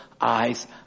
eyes